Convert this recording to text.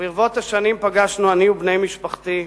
וברבות השנים פגשנו, אני ובני משפחתי,